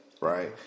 right